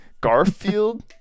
Garfield